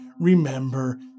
remember